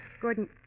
Gordon